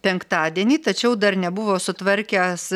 penktadienį tačiau dar nebuvo sutvarkęs